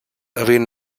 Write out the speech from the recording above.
havien